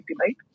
right